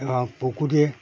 এবং পুকুরে